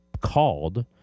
called